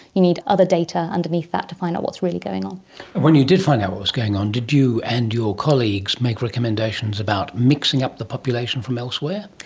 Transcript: you need other data underneath that to find out what's really going on. and when you did find out what was going on, did you and your colleagues make recommendations about mixing up the population from elsewhere?